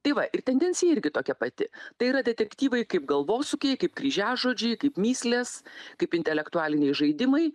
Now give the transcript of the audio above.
tai va ir tendencija irgi tokia pati tai yra detektyvai kaip galvosūkiai kaip kryžiažodžiai kaip mįslės kaip intelektualiniai žaidimai